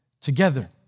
together